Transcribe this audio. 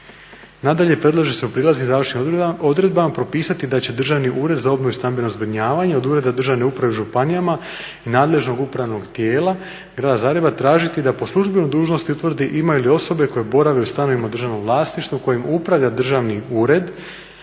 Nadalje, predlaže se u prijelaznim i završnim odredbama propisati da će Državni ured za obnovu i stambeno zbrinjavanje od Ureda državne uprave u županijama i nadležnog upravnog tijela Grada Zagreba tražiti da po službenoj dužnosti utvrdi imaju li osobe koje borave u stanovima u državnom vlasništvu kojim upravlja Državni ured